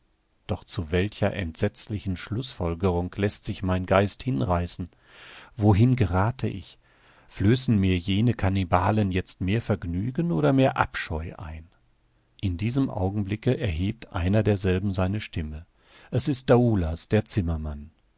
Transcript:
doch zu welcher entsetzlichen schlußfolgerung läßt sich mein geist hinreißen wohin gerathe ich flößen mir jene kannibalen jetzt mehr vergnügen oder mehr abscheu ein in diesem augenblicke erhebt einer derselben seine stimme es ist daoulas der zimmermann